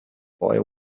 boy